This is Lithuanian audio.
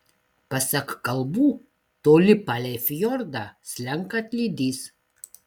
pasak kalbų toli palei fjordą slenka atlydys